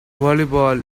volleyball